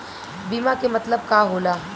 बीमा के मतलब का होला?